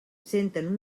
senten